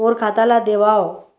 मोर खाता ला देवाव?